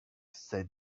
said